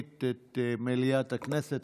את מליאת הכנסת.